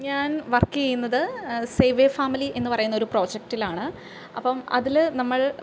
ഞാൻ വർക്ക് ചെയ്യുന്നത് save your family എന്ന് പറയുന്ന ഒരു പ്രോജക്റ്റിലാണ് അപ്പം അതിൽ നമ്മൾ